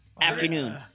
Afternoon